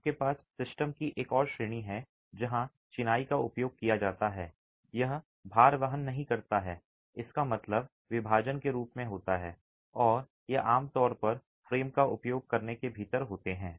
आपके पास सिस्टम की एक और श्रेणी है जहां चिनाई का उपयोग किया जाता है यह भार वहन नहीं करता है इसका मतलब विभाजन के रूप में होता है और ये आमतौर पर फ्रेम का उपयोग करने के भीतर होते हैं